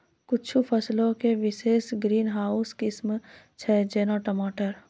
कुछु फसलो के विशेष ग्रीन हाउस किस्म छै, जेना टमाटर